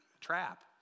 trap